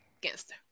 Gangster